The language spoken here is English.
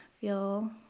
feel